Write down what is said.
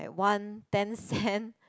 one ten cent